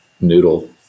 noodle